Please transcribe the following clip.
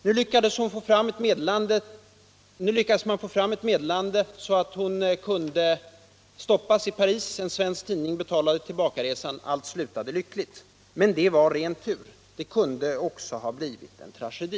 Nu lyckades man få fram ett meddelande så att den chilenska kvinnan kunde stoppas i Paris. En svensk tidning betalade tillbakaresan, och allt slutade således lyckligt. Men det var ren tur. Slutet kunde också ha blivit en tragedi.